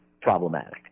problematic